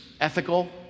ethical